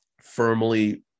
firmly